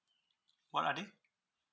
what are they